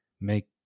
make